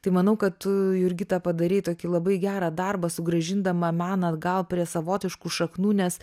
tai manau kad tu jurgita padarei tokį labai gerą darbą sugrąžindama meną atgal prie savotiškų šaknų nes